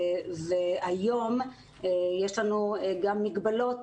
היום יש לנו גם מגבלות,